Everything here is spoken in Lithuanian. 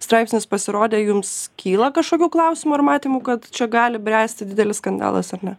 straipsnis pasirodė jums kyla kažkokių klausimų ar matymų kad čia gali bręsti didelis skandalas ar ne